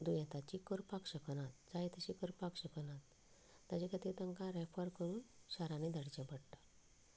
दुयेंताची करपाक शकना जाय तशी करपाक शकनात ताचे खातीर तांकां रेफर करून शारांनी धाडचें पडटा